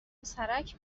پسرک